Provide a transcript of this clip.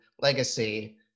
legacy